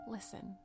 Listen